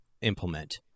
implement